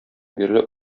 бирле